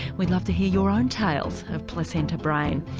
we'd love to hear your own tales of placenta brain.